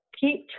Keep